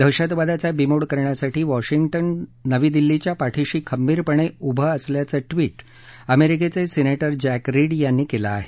दहशतवादाचा बीमोड करण्यासाठी वॉशिंग्टन नवी दिल्लीच्या पाठीशी खंबीरपणे उभं असल्याचं ट्विट अमेरिकेचे सिनेटर जॅक रीड यांनी केलं आहे